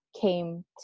came